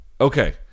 Okay